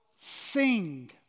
sing